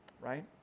Right